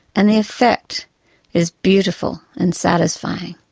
and the effect is beautiful and satisfying.